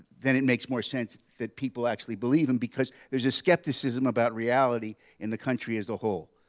then it makes more sense that people actually believe him because there's a skepticism about reality in the country as a whole.